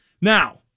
Now